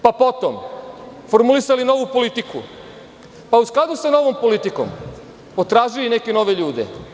Potom, formulisali novu politiku, pa u skladu sa novom politikom potražili neke nove ljude.